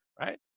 right